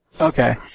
Okay